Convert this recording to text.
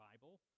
Bible